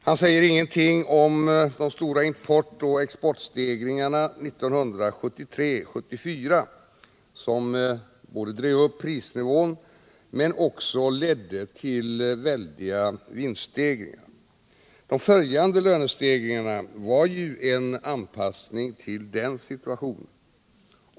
Han säger ingenting om de stora importoch exportstörningarna 1973-1974 som inte bara drev upp prisnivån utan också ledde till väldiga vinststegringar. De följande lönestegringarna var ju en anpassning till den situationen.